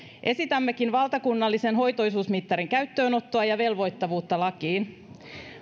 esitämmekin valtakunnallisen hoitoisuusmittarin käyttöönottoa ja velvoittavuutta lakiin